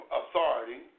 authority